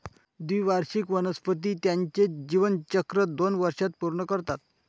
द्विवार्षिक वनस्पती त्यांचे जीवनचक्र दोन वर्षांत पूर्ण करतात